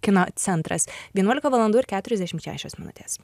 kino centras vienuolika valandų ir keturiasdešim šešios minutės